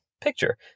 picture